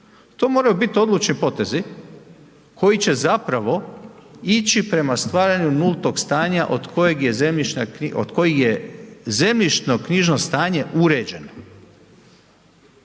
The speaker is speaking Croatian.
to moraju biti odlučni potezi koji će zapravo ići prema stvaranju nultog stanja od kojeg je zemljišna knjiga, od